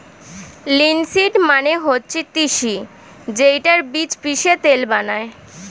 linseed মানে হচ্ছে তিসি যেইটার বীজ পিষে তেল বানায়